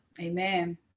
Amen